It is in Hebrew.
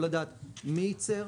לדעת מי ייצר?